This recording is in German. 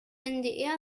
ndr